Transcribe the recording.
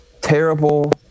terrible